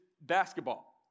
basketball